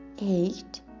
eight